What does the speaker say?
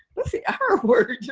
what's the r word?